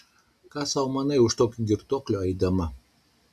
ką sau manai už tokio girtuoklio eidama